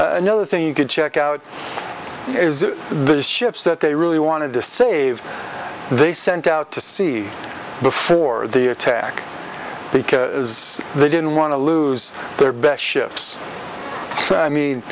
no thing you could check out the ships that they really wanted to save they sent out to sea before the attack because they didn't want to lose their best ships i mean